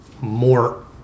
more